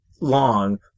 long